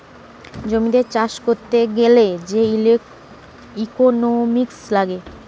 জমিতে চাষ করতে গ্যালে যে ইকোনোমিক্স লাগে